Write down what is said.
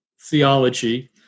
theology